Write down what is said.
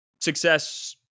success